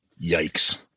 Yikes